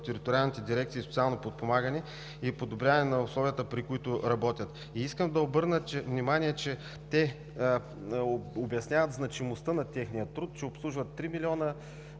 териториалните дирекции „Социално подпомагане“ и подобряване на условията, при които работят. Искам да обърна внимание, че те обясняват значимостта на техния труд, че обслужват близо